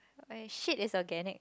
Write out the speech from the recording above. and shit is organic